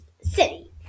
City